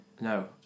No